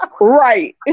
right